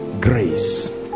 grace